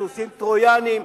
סוסים טרויאניים,